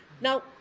Now